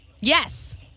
Yes